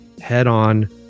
head-on